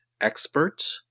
expert